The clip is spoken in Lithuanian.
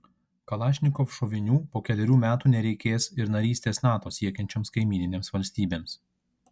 kalašnikov šovinių po kelerių metų nereikės ir narystės nato siekiančioms kaimyninėms valstybėms